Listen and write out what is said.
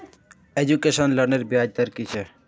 Education लोनेर ब्याज दर कि छे?